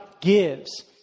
gives